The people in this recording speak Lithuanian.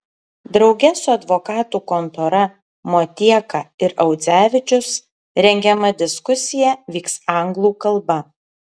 drauge su advokatų kontora motieka ir audzevičius rengiama diskusija vyks anglų kalba